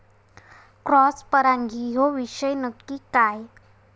Cross परागी ह्यो विषय नक्की काय?